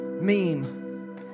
Meme